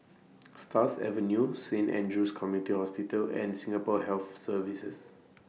Stars Avenue Saint Andrew's Community Hospital and Singapore Health Services